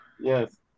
yes